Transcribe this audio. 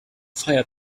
fire